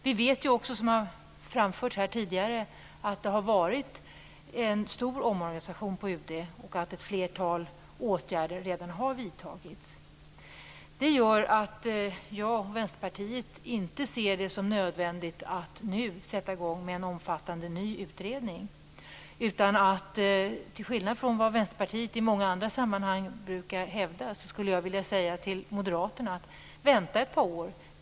Vi vet ju också, som har framförts här tidigare, att det har skett en stor omorganisation på UD och att ett flertal åtgärder redan har vidtagits. Det gör att jag och Vänsterpartiet inte ser det som nödvändigt att nu sätta i gång med en omfattande, ny utredning. Till skillnad från vad Vänsterpartiet i många andra sammanhang brukar hävda, skulle jag vilja säga till Moderaterna: Vänta ett par år!